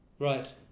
Right